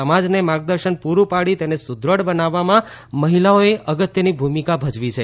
સમાજને માર્ગદર્શન પૂરૂ પાડી તેને સુદ્રઢ બનાવવામાં મહિલાઓએ અગત્યની ભૂમિકા ભજવી રહી છે